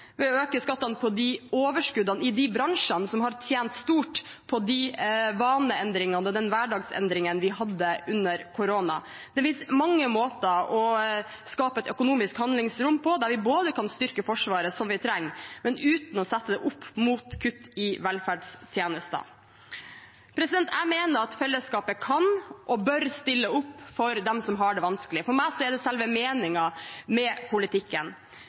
å øke skattene på overskuddene i de bransjene som har tjent stort på de vaneendringene og den hverdagsendringen vi hadde under koronaen. Det finnes mange måter å skape et økonomisk handlingsrom på der vi kan styrke Forsvaret, som vi trenger, men uten å sette det opp mot kutt i velferdstjenestene. Jeg mener at fellesskapet kan og bør stille opp for dem som har det vanskelig. For meg er det selve meningen med politikken.